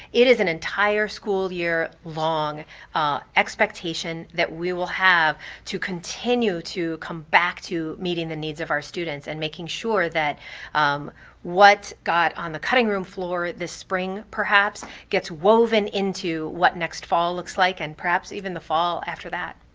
it is an entire school year-long expectation that we will have to continue to come back to meeting the needs of our students and making sure that um what got on the cutting room floor this spring, perhaps, gets woven into what next fall looks like and perhaps even the fall after that?